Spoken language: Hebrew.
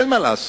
אין מה לעשות,